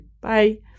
Bye